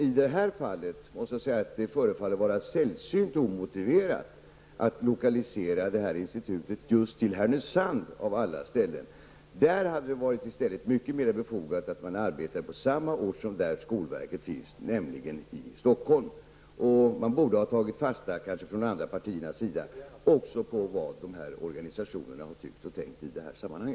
I det här fallet måste jag säga att det förefaller vara sällsynt omotiverat att lokalisera detta institut just till Härnösand av alla ställen. Det hade varit mycket mer befogat att institutet arbetar på samma ort som skolverket finns, nämligen i Stockholm. De andra partierna borde kanske ha tagit fasta på vad dessa organisationer tyckt och tänkt i detta sammanhang.